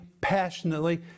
passionately